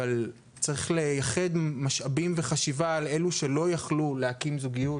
אבל צריך לייחד משאבים וחשיבה על אלו שלא יכלו להקים זוגיות,